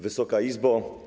Wysoka Izbo!